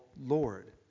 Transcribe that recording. Lord